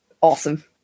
Awesome